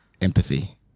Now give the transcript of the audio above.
Empathy